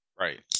right